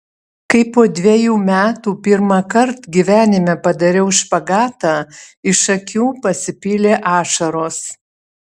kai po dvejų metų pirmąkart gyvenime padariau špagatą iš akių pasipylė ašaros